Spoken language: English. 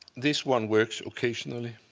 this one works occasionally.